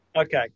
okay